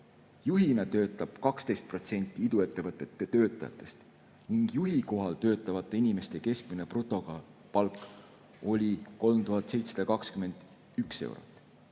Juhina töötab 12% iduettevõtete töötajatest ning juhi kohal töötavate inimeste keskmine brutopalk oli 3721 eurot.